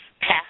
pass